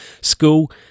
school